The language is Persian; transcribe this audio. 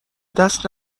دست